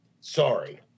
Sorry